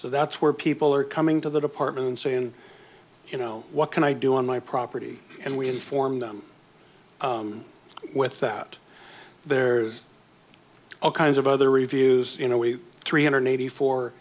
so that's where people are coming to the department and saying you know what can i do on my property and we inform them with that there's all kinds of other reviews you know we three hundred eighty four